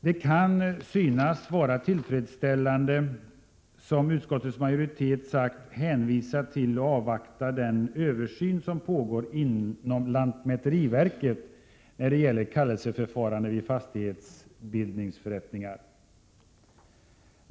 Det kan synas vara tillfredsställande, som utskottsmajoriteten säger, att hänvisa till och avvakta den översyn som pågår inom lantmäteriverket när det gäller kallelseförfarande vid fastighetsbildningsförrättningar.